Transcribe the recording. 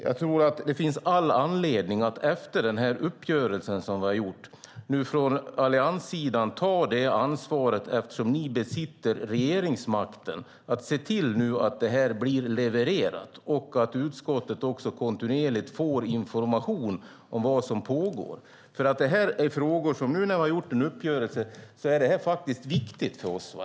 Jag tror att det efter den uppgörelse som vi har träffat finns all anledning från allianssidan att ta ansvaret, eftersom ni besitter regeringsmakten, att se till att det här blir levererat och att utskottet också kontinuerligt får information om vad som pågår. Nu när vi har träffat en uppgörelse i de här frågorna är det här faktiskt viktigt för oss.